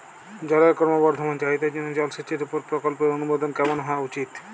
জলের ক্রমবর্ধমান চাহিদার জন্য জলসেচের উপর প্রকল্পের অনুমোদন কেমন হওয়া উচিৎ?